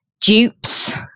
dupes